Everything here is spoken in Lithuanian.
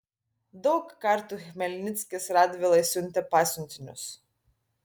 daug kartų chmelnickis radvilai siuntė pasiuntinius